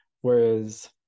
Whereas